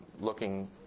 looking